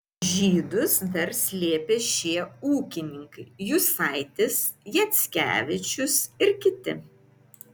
žydus dar slėpė šie ūkininkai jusaitis jackevičius ir kiti